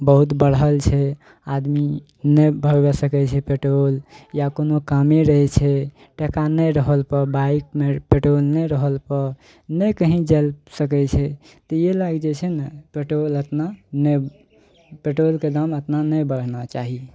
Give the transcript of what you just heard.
बहुत बढ़ल छै आदमी नहि भरबा सकैत छै पेट्रोल या कोनो कामे रहै छै टका नहि रहल बाइकमे पेट्रोल नहि रहल तऽ नहि कही जाइ लऽ सकै छै तऽ इएहे लएके जे छै ने पेट्रोल एतना नै पेट्रोल के दाम एतना नै बढ़ना चाही